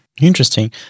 Interesting